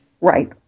right